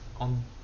on